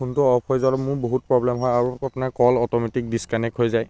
ফোনটো অফ হৈ যাওঁতে মোৰ বহুত প্ৰব্লেম হয় আৰু আপোনাৰ কল অট'মেটিক ডিছকানেক্ট হৈ যায়